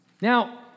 Now